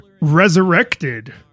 resurrected